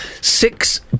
Six